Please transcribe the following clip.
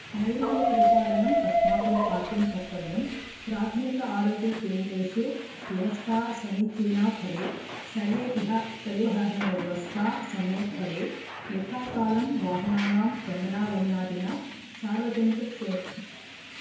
नैर्मल्यपरिपालनम् अस्माकम् आद्यं कर्तव्यं प्राथमिक आरोग्यकेन्द्रेषु व्यवस्था समीचिना भवेत् सर्वेभ्यः परिवाहनव्यवस्था सम्यक् भवेत् यथा कालं वाहनानां गमनागमनादिना सार्वजनिकक्षेत्रे